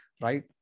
right